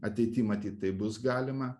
ateity matyt tai bus galima